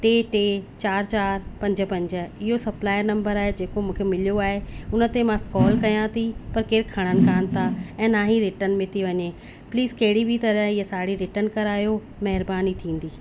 टे टे चारि चारि पंज पंज जो सप्लायर नम्बर आहे जेको मूंखे मिलियो आहे उनते मां कॉल कयां थी पर केरु खणण कोन्ह था ऐं ना हीअ रिटर्न में थी वञे प्लीज़ कहिड़ी बि तरह हीअ साड़ी रिटर्न करायो महिरबानी थींदी